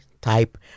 type